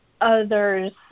others